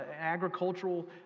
agricultural